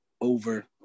over